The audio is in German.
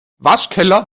waschkeller